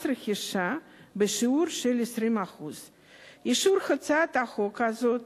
רכישה בשיעור של 20%. אישור הצעת החוק הזאת